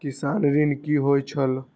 किसान ऋण की होय छल?